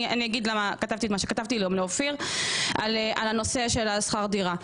אני אגיד למה כתבתי את מה שכתבתי לאופיר על הנושא של שכר הדירה.